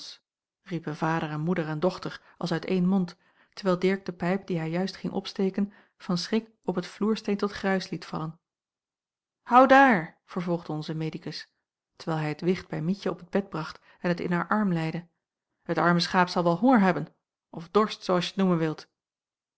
riepen vader en moeder en dochter als uit één mond terwijl dirk de pijp die hij juist ging opsteken van schrik op het vloersteen tot gruis liet vallen hou daar vervolgde onze medicus terwijl hij het wicht bij mietje op het bed bracht en het in haar arm leide het arme schaap zal wel honger hebben of dorst zoo als je t noemen wilt